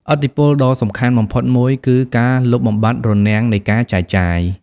ឥទ្ធិពលដ៏សំខាន់បំផុតមួយគឺ ការលុបបំបាត់រនាំងនៃការចែកចាយ។